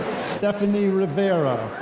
stephanie rivera.